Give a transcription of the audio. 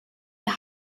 der